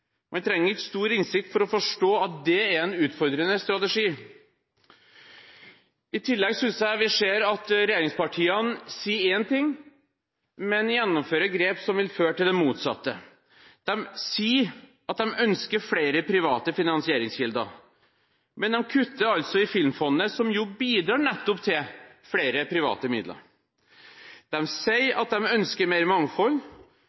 Man trenger ikke stor innsikt for å forstå at det er en utfordrende strategi. I tillegg synes jeg vi ser at regjeringspartiene sier én ting, men gjennomfører grep som vil føre til det motsatte. De sier at de ønsker flere private finansieringskilder, men de kutter i Filmfondet, som bidrar nettopp til flere private midler. De sier at de ønsker mer mangfold,